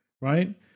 right